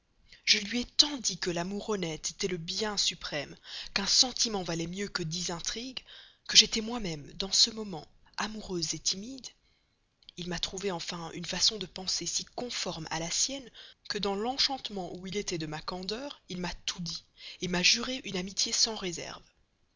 je lui ai tant dit que l'amour honnête était le bien suprême qu'un sentiment valait mieux que dix intrigues que j'étais moi-même dans ce moment amoureux timide il m'a trouvé enfin une façon de penser si conforme à la sienne que dans l'enchantement où il était de ma candeur il m'a tout dit m'a juré une amitié sans réserve